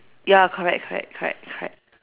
ya correct correct correct correct